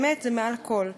באמת זה מעל הכול.